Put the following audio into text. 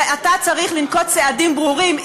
ואתה צריך לנקוט צעדים ברורים.